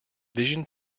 vision